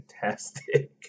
fantastic